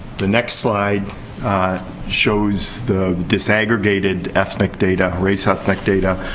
the next slide shows the disaggregated ethnic data, race ethnic data,